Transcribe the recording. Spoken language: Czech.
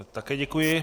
Také děkuji.